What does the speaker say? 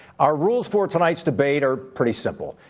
our rules for tonight's debate are pretty simple.